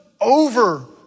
over